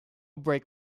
break